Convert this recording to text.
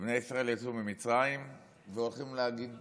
בני ישראל יצאו ממצרים והולכים להגיד שירה,